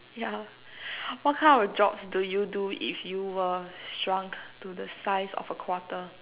ya what kind of jobs do you do if you were shrunk to the size of a quarter